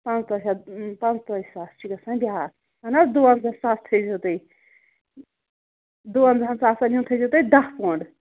پنٛژاہ شیٚتھ پانٛژتٲج ساس چھِ گژھان بیٛاکھ اہن حظ دُونٛزاہ ساس تھٲوزیٚو تُہۍ دُونٛزاہن ساسَن ہُنٛد تھٲوزیٚو تُہۍ دَہ پونٛڈ